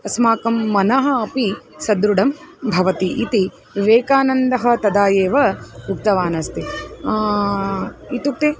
अस्माकं मनः अपि सुदृढं भवति इति विवेकानन्दः तदा एव उक्तवान् अस्ति इत्युक्ते